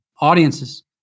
audiences